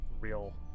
real